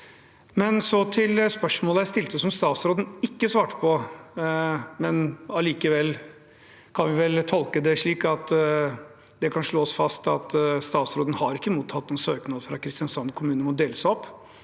spørsmålet jeg stilte, og som statsråden ikke svarte på. Vi kan vel allikevel tolke det slik at det kan slås fast at statsråden ikke har mottatt noen søknad fra Kristiansand kommune om å dele seg opp.